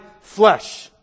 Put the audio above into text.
flesh